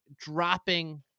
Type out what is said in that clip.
dropping